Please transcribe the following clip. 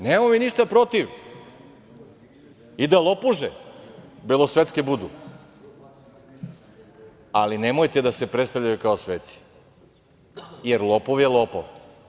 Nemamo mi ništa protiv i da lopuže belosvetske budu, ali nemojte da se predstavljaju kao sveci, jer lopov je lopov.